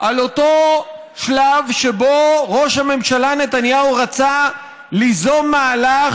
על אותו שלב שבו ראש הממשלה נתניהו רצה ליזום מהלך